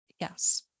Yes